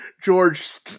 George